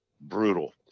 brutal